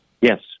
Yes